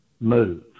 move